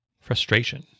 frustration